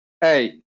Hey